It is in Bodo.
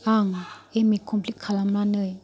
आं एम ए कम्पिलट खालामनानै